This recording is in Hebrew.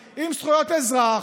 ההתגברות.